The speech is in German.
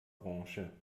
branche